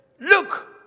Look